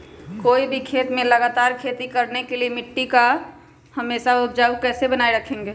कोई भी खेत में लगातार खेती करने के लिए मिट्टी को हमेसा उपजाऊ कैसे बनाय रखेंगे?